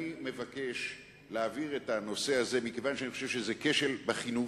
אני מבקש להעביר את הנושא הזה מכיוון שאני חושב שזה כשל בחינוך,